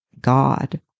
God